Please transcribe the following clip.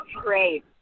great